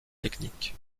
techniques